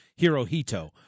Hirohito